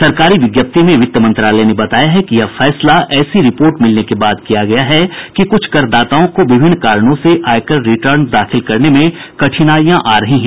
सरकारी विज्ञप्ति में वित्त मंत्रालय ने बताया है कि यह फैसला ऐसी रिपोर्ट मिलने के बाद किया गया कि कुछ करदाताओं को विभिन्न कारणों से आयकर रिटर्न दाखिल करने में कठिनाइयां आ रही हैं